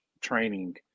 training